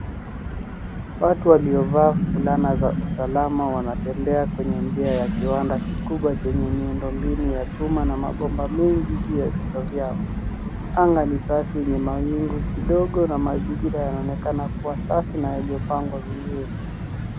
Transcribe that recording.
Watu waliovaa fulana za usalama wanatembea kwenye njia ya kiwanda kikubwa chenye miundo mbinu ya chuma na mabomba mingi juu ya vichwa vyao. Anga ni safi yenye wawingu kidogo na mazingira yanaonekana kuwa safi na yaliyo pangwa vizuri.